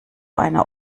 einer